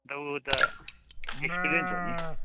अब ऊ त एक्सपिरियन्स हो नि